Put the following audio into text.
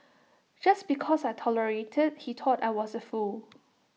just because I tolerated he thought I was A fool